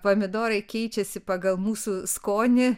pomidorai keičiasi pagal mūsų skonį